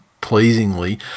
pleasingly